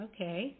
Okay